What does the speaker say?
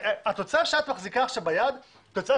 התוצאה שאת מחזיקה עכשיו ביד זו תוצאה